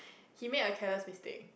he made a careless mistake